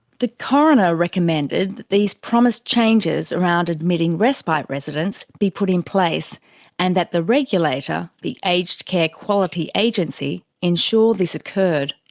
the coroner recommended that these promised changes around admitting respite residents be put in place and that the regulator the aged care quality agency ensure this occurred.